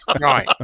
right